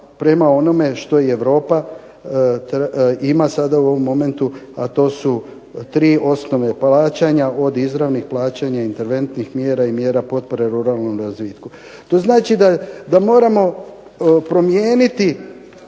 prema onome što i Europa ima sada u ovom momentu, a to su tri osnove plaćanja, od izravnih plaćanja, interventnih mjera i mjera potpore ruralnom razvitku. To znači da moramo promijeniti